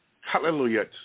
Hallelujah